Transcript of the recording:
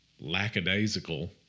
lackadaisical